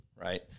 Right